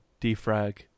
defrag